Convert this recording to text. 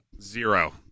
Zero